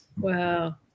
Wow